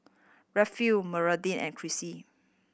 Rayfield Meredith and Krissy